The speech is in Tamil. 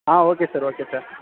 ah okay sir okay sir